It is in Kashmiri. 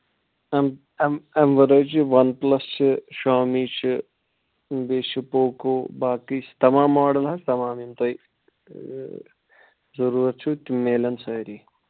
اَمہِ اَمہِ اَمہِ وَرٲے چھِ وَن پٕلَس چھِ شامی چھِ بیٚیہِ چھِ پوکو باقٕے چھِ تَمام ماڈٕل حظ تَمام یِم تۄہہِ ضٔروٗرتھ چھِو تِم میلَن سٲری